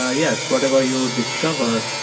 ah yes, whatever you discover,